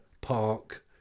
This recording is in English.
park